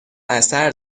اثر